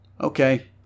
Okay